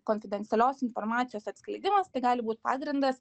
konfidencialios informacijos atskleidimas tai gali būt pagrindas